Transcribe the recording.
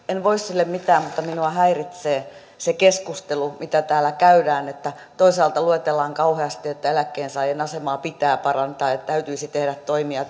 en voi sille mitään mutta minua häiritsee se keskustelu mitä täällä käydään että toisaalta luetellaan kauheasti että eläkkeensaajien asemaa pitää parantaa ja täytyisi tehdä toimia